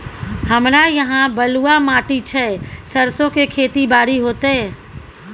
हमरा यहाँ बलूआ माटी छै सरसो के खेती बारी होते?